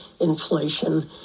inflation